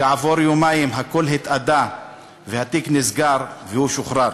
כעבור יומיים הכול התאדה והתיק נסגר והוא שוחרר,